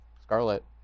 Scarlet